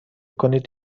کنید